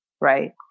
right